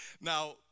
Now